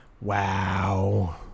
Wow